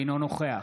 אינו נוכח